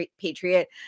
patriot